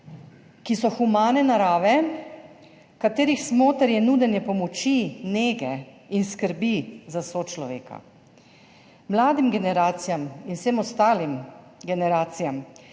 ki so humane narave, katerih smoter je nudenje pomoči, nege in skrbi za sočloveka. Mladim generacijam in vsem ostalim generacijam